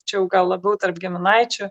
čia jau gal labiau tarp giminaičių